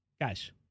Guys